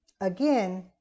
again